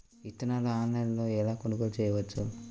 విత్తనాలను ఆన్లైనులో ఎలా కొనుగోలు చేయవచ్చు?